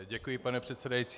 Děkuji, pane předsedající.